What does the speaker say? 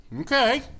Okay